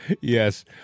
Yes